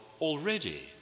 already